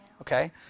Okay